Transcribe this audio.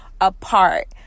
apart